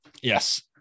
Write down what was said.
Yes